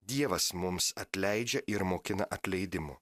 dievas mums atleidžia ir mokina atleidimo